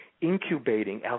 incubating